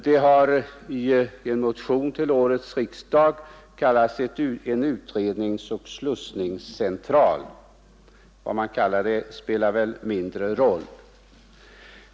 Det har i en motion till årets riksdag kallats en utredningsoch slussningscentral. Vad man kallar det spelar väl mindre roll.